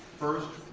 first,